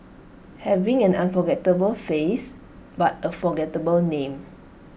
having an unforgettable face but A forgettable name